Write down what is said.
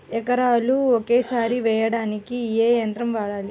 ఎకరాలు ఒకేసారి వేయడానికి ఏ యంత్రం వాడాలి?